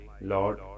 Lord